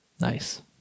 Nice